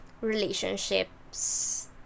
relationships